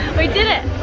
we did it!